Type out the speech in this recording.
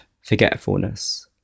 forgetfulness